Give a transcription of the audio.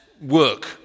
work